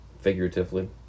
Figuratively